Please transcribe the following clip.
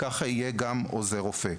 כך גם עוזר רופא.